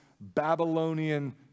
Babylonian